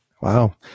Wow